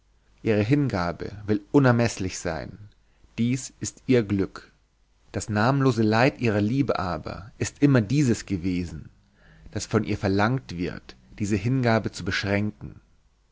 ihre hingabe will unermeßlich sein dies ist ihr glück das namenlose leid ihrer liebe aber ist immer dieses gewesen daß von ihr verlangt wird diese hingabe zu beschränken